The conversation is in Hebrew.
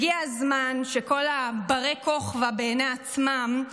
הגיע הזמן שכל הברי-כוכבא בעיני עצמם,